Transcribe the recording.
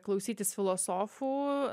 klausytis filosofų